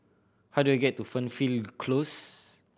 how do I get to Fernhill Close